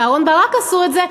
ואהרן ברק עשו את זה,